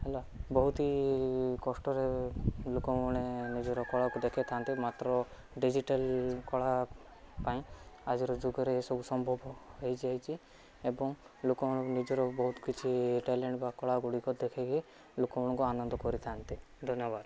ହେଲା ବହୁତି କଷ୍ଟରେ ଲୋକମାନେ ନିଜର କଳାକୁ ଦେଖେଇଥାନ୍ତି ମାତ୍ର ଡିଜିଟାଲ କଳା ପାଇଁ ଆଜିର ଯୁଗରେ ଏସବୁ ସମ୍ଭବ ହେଇଯାଇଛି ଏବଂ ଲୋକମାନଙ୍କୁ ନିଜର ବହୁତ କିଛି ଏ ଟ୍ୟାଲେଣ୍ଟ ବା କଳାଗୁଡ଼ିକ ଦେଖେଇକି ଲୋକମାନଙ୍କୁ ଆନନ୍ଦ କରିଥାନ୍ତି ଧନ୍ୟବାଦ